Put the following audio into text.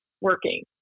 working